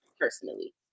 personally